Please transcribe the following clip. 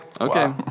Okay